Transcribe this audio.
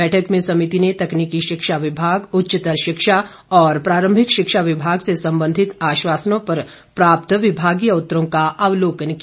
बैठक में समिति ने तकनीकी शिक्षा विभाग उच्चतर शिक्षा और प्रारंभिक शिक्षा विमाग से संबंधित आश्वासानों पर प्राप्त विमागीय उत्तरों का अवलोकन किया